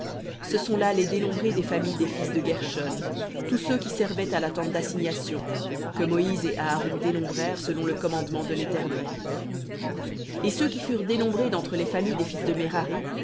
ce sont là les dénombrés des familles des fils de guershon tous ceux qui servaient à la tente d'assignation que moïse et aaron dénombrèrent selon le commandement de l'éternel v voir et ceux qui furent dénombrés d'entre les familles des fils de merari